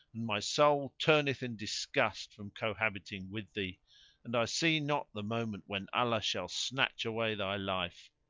and my soul turneth in disgust from cohabiting with thee and i see not the moment when allah shall snatch away thy life!